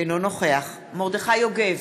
אינו נוכח מרדכי יוגב,